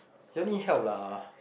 you need help lah